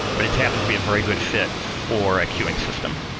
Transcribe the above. but it's happened to be a very good fit for a queuing system,